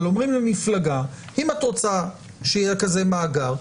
אבל אומרים למפלגה: אם את רוצה שיהיה מאגר כזה,